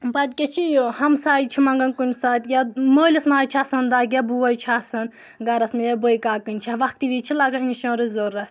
پَتہٕ کیاہ چھِ یہِ ہمساے چھِ مَنٛگَان کُنہِ ساتہٕ یا مٲلِس ماجہِ چھِ آسان دَگۍ یا بوے چھِ آسَان گَرَس منٛز یا بٲے کاکن کُنہِ چھےٚ وقتٕے وِز چھِ لَگان اِنشوٚرنس ضوٚرَتھ